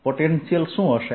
potential શું હશે